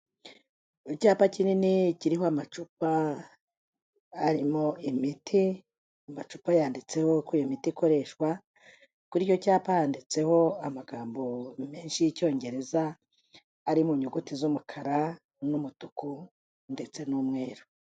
Icyapa kinini kiriho amacupa arimo imiti, ayo macupa yanditseho uko iyo miti ikoreshwa, kuri icyo cyapa handitseho amagambo menshi y'icyongereza ari mu nyuguti z'umukara n'umutuku ndetse n'umweru.